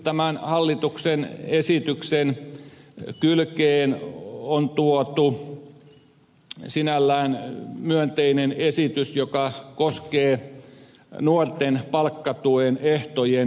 tämän hallituksen esityksen kylkeen on tuotu sinällään myönteinen esitys joka koskee nuorten palkkatuen ehtojen lieventämistä